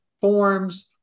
forms